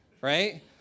right